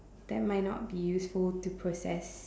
that might not be useful to process